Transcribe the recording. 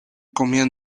comían